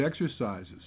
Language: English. exercises